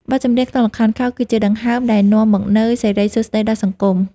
បទចម្រៀងក្នុងល្ខោនខោលគឺជាដង្ហើមដែលនាំមកនូវសិរីសួស្ដីដល់សង្គម។